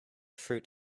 fruit